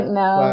no